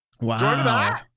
Wow